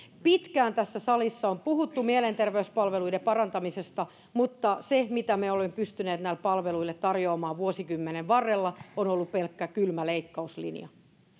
pitkään tässä salissa on puhuttu mielenterveyspalveluiden parantamisesta mutta se mitä me olemme pystyneet näille palveluille tarjoamaan vuosikymmenen varrella on ollut pelkkä kylmä leikkauslinja